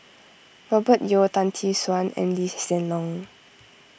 Robert Yeo Tan Tee Suan and Lee Hsien Loong